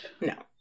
No